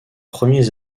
premiers